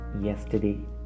yesterday